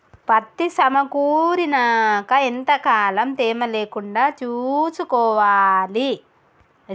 పత్తి సమకూరినాక ఎంత కాలం తేమ లేకుండా చూసుకోవాలి?